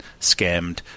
scammed